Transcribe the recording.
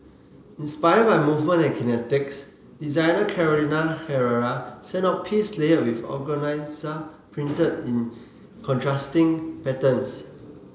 inspired by movement and kinetics designer Carolina Herrera sent out piece layered with printed in contrasting patterns